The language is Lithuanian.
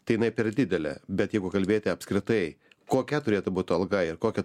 tai jinai per didelė bet jeigu kalbėti apskritai kokia turėtų būt alga ir kokia